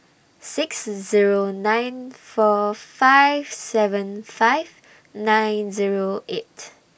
six Zero nine four five seven five nine Zero eight